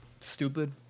stupid